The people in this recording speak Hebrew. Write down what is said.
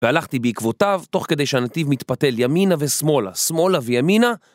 והלכתי בעקבותיו, תוך כדי שהנתיב מתפתל ימינה ושמאלה, שמאלה וימינה